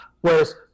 whereas